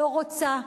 לא רוצה,